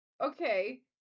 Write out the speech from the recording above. okay